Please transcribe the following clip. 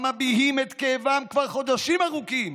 המביעים את כאבם כבר חודשים ארוכים